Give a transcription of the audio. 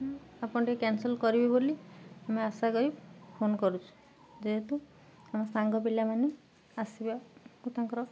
ଆପଣ ଟିକେ କ୍ୟାନସଲ୍ କରିବେ ବୋଲି ଆମେ ଆଶା କରି ଫୋନ୍ କରୁଛୁ ଯେହେତୁ ଆମ ସାଙ୍ଗ ପିଲାମାନେ ଆସିବା ତାଙ୍କର